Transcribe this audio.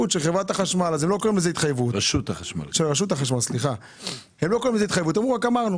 הרשות לשבת פה.